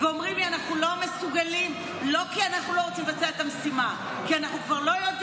אז כשאתה שולח אותם למשימה הם רוצים להסתכל